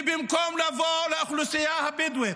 ובמקום לבוא לאוכלוסייה הבדואית,